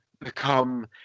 become